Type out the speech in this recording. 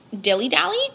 dilly-dally